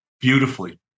beautifully